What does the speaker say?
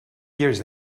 years